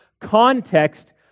context